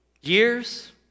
years